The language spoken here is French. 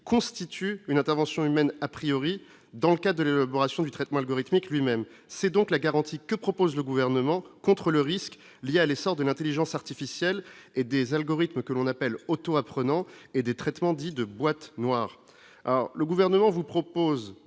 constitue une intervention humaine à priori dans le cas de l'élaboration du traitement algorithmique lui-même, c'est donc la garantie que propose le gouvernement, contre le risque lié à l'essor de l'Intelligence artificielle et des algorithmes, que l'on appelle auto-apprenants et des traitements dits de boîtes noires, alors le gouvernement vous propose